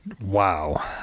Wow